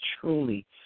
truly